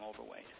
overweight